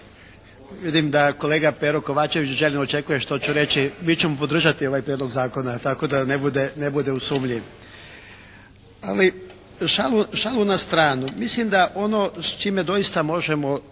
Vidim da kolega Pero Kovačević željno očekuje što ću reći. Mi ćemo podržati ovaj Prijedlog zakona tako da ne bude u sumnji. Ali šalu na stranu, mislim da ono s čime doista možemo